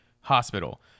Hospital